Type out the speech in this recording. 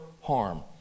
harm